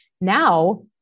now